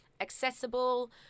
accessible